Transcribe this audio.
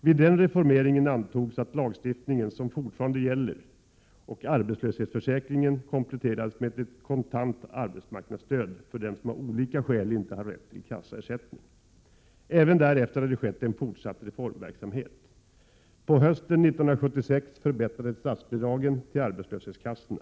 Vid den reformeringen antogs den lagstiftning som fortfarande gäller, och arbetslöshetsförsäkringen kompletterades med ett kontant arbetsmarknadsstöd för dem som av olika skäl inte har rätt till kassaersättning. Även därefter har det skett en fortsatt reformverksamhet. På hösten 1976 förbättrades statsbidragen till arbetslöshetskassorna.